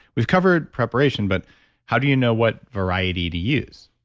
we've covered preparation, but how do you know what variety to use?